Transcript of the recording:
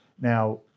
Now